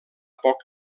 poc